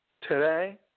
today